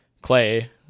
clay